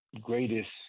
greatest